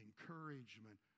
encouragement